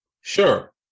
sure